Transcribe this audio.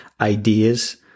ideas